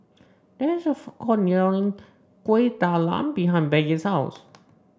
there is a food court Kuih Talam behind Peggie's house